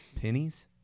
pennies